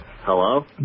Hello